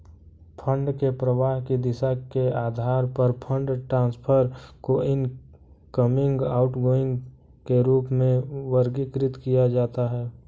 fund के प्रवाह की दिशा के आधार पर फंड ट्रांसफर को इनकमिंग, आउटगोइंग के रूप में वर्गीकृत किया जाता है